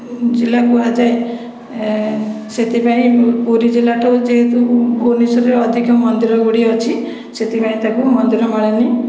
ଜିଲ୍ଲା କୁହାଯାଏ ସେଥିପାଇଁ ପୁରୀ ଜିଲ୍ଲାଠୁ ଯେହେତୁ ଭୁବନେଶ୍ଵରରେ ଅଧିକ ମନ୍ଦିର ଗୁଡ଼ିଏ ଅଛି ସେଥିପାଇଁ ତାକୁ ମନ୍ଦିରମାଳିନୀ